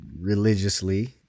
religiously